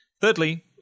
Thirdly